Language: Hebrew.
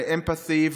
ל-Empathy,